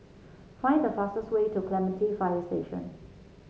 find the fastest way to Clementi Fire Station